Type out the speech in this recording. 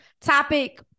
topic